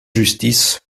justice